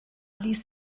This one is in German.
ließ